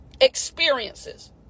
experiences